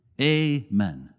Amen